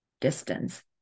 distance